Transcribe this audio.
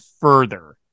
further